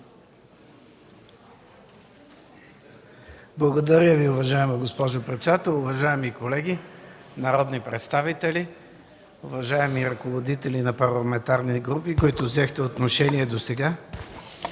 Благодаря Ви, уважаема госпожо председател. Уважаеми колеги народни представители, уважаеми ръководители на парламентарни групи, които взехте отношение досега!